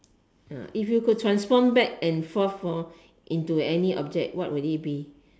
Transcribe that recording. if you can transform back and forth forth into any object what would it be